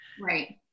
Right